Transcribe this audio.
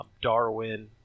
Darwin